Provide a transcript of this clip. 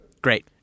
Great